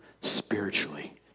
spiritually